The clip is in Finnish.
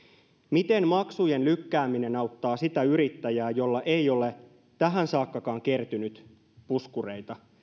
miten maksujen lykkääminen auttaa sitä yrittäjää jolla ei ole tähänkään saakka kertynyt puskureita